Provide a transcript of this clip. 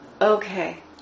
Okay